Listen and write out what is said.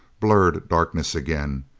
blurred darkness again.